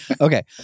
Okay